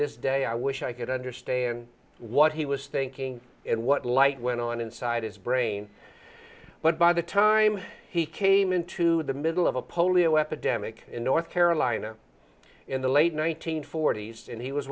this day i wish i could understand what he was thinking and what light went on inside his brain but by the time he came into the middle of a polio epidemic in north carolina in the late one nine hundred forty s and he was